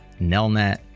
nelnet